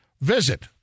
Visit